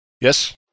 yes